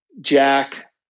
jack